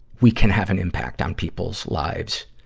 we can have an impact on people's lives.